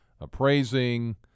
appraising